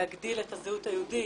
להגדיל את הזהות היהודית,